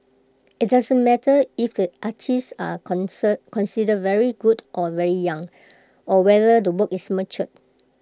IT doesn't matter if the artists are concern considered very good or very young or whether the work is mature